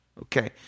Okay